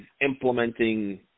implementing